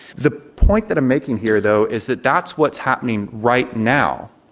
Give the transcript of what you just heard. the point that i'm making here though is that that's what's happening right now.